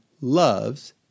loves